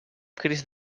crist